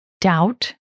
doubt